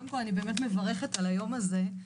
קודם כל אני באמת מברכת על היום הזה,